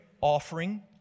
offering